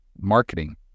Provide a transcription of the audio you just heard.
marketing